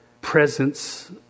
presence